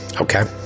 Okay